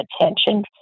attention